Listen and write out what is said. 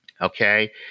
Okay